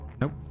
Nope